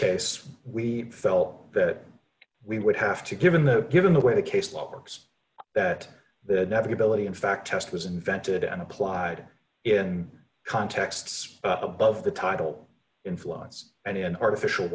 case we felt that we would have to given the given the way the case law works that the never debility in fact test was invented and applied in contexts above the title influence and in artificial